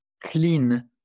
clean